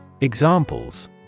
Examples